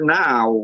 now